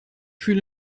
fühle